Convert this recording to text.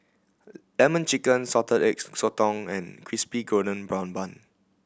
Lemon Chicken salted eggs sotong and Crispy Golden Brown Bun